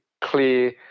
clear